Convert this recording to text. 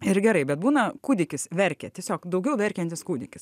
ir gerai bet būna kūdikis verkia tiesiog daugiau verkiantis kūdikis